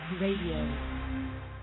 Radio